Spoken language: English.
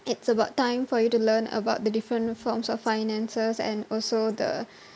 it's about time for you to learn about the different forms of finances and also the